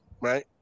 right